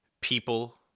people